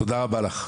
תודה רבה לך.